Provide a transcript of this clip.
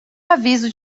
aviso